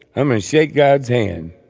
i mean shake god's hand.